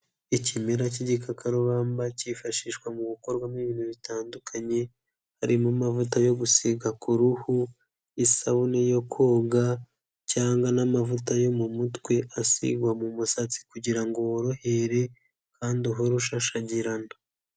Ikimera cy'igikakarubamba cyifashishwa mu gukorwamo ibintu bitandukanye, harimo amavuta yo gusiga ku ruhu, isabune yo koga cyangwa n'amavuta yo mu mutwe asigwa mu musatsi kugira ngo worohere kandi uhore ushashagirana.